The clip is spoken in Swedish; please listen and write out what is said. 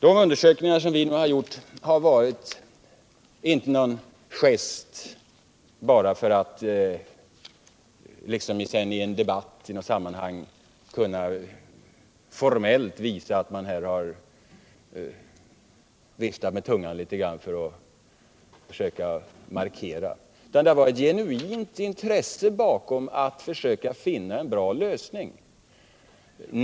De undersökningar som vi nu gjort har inte varit en gest bara för att under en debatt i något sammanhang formellt kunna visa att man här försökt markera. Det har varit ett genuint intresse bakom att försöka finna en bra lösning.